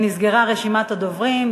נסגרה רשימת הדוברים,